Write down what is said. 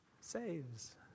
saves